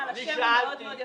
בעל השם היפה מאוד --- שלומית,